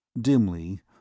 Dimly